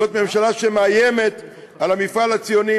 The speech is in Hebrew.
זאת ממשלה שמאיימת על המפעל הציוני,